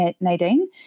Nadine